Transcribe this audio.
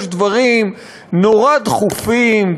יש דברים נורא דחופים,